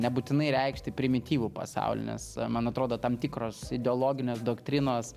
nebūtinai reikšti primityvų pasaulį nes man atrodo tam tikros ideologinės doktrinos